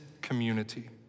community